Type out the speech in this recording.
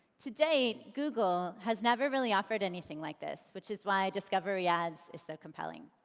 to date, google has never really offered anything like this, which is why discovery ads is so compelling.